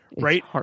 right